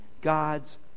God's